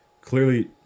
clearly